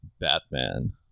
batman